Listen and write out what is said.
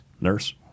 nurse